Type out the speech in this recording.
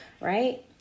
right